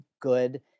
good